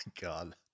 God